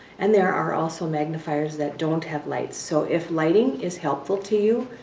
and there are also magnifiers that don't have lights. so if lighting is helpful to you,